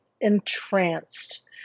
entranced